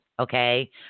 Okay